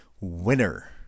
winner